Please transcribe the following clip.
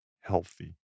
healthy